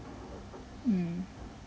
mm